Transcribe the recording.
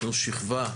ושכבה,